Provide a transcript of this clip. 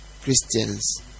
Christians